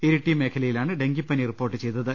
ഇരിട്ടി മേഖലയിലാണ് ഡെങ്കി പനി റിപ്പോർട്ട് ചെയ്തത്